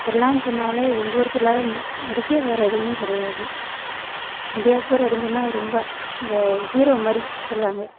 திருவிழான்னு சொன்னாலே எங்கள் ஊர் திருவிழா அடிக்க வேறு எதுவுமே கிடையாது சந்தியாபுரம் அப்படினு சொன்னால் ரொம்ப அந்த ஹீரோ மாதிரி சொல்லுவாங்க